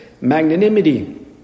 magnanimity